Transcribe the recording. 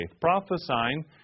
Prophesying